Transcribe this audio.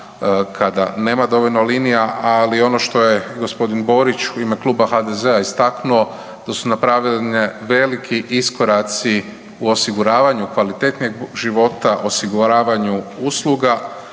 kada nema dovoljno linija, ali ono što je g. Borić u ime Kluba HDZ-a istaknuo, da su napravljene veliki iskoraci u osiguravanju kvalitetnijeg života, osiguravanju usluga,